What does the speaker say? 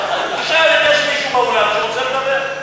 תשאל אם יש באולם מישהו שרוצה לדבר.